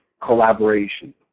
collaboration